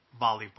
volleyball